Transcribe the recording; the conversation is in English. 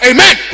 Amen